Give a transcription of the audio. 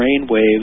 brainwaves